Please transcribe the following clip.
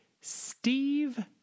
Steve